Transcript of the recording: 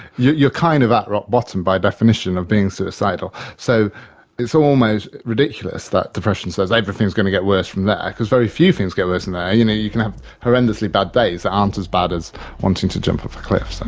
you're you're kind of at rock bottom by definition of being suicidal. so it's almost ridiculous that depression says everything's going to get worse from there, because very few things get worse from there. and you know you can have horrendously bad days that aren't as bad as wanting to jump off a cliff, so